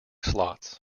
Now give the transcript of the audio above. slots